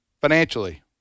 financially